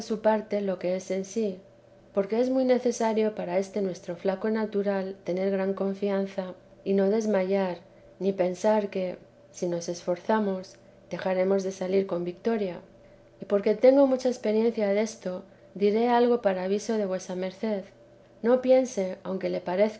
parte lo que es en sí porque es muy necesario para este nuestro flaco natura tener gran confianza y no desmayar ni pensar que si nos esforzamos dejaremos de salir con victoria y porque tengo mucha experiencia desto diré algo para aviso de vuesa merced y no piense aunque le